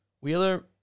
Wheeler